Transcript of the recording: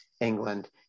England